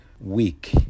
week